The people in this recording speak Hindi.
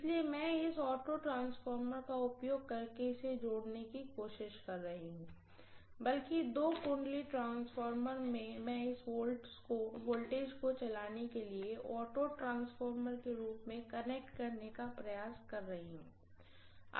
इसलिए मैं इस ऑटो ट्रांसफार्मर का उपयोग करके इसे जोड़ने की कोशिश कर रही हूँ बल्कि दो वाइंडिंग ट्रांसफार्मर मैं इस वोल्टेज को चलाने के लिए ऑटो ट्रांसफार्मर के रूप में कनेक्ट करने का प्रयास कर रही हूँ